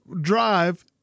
drive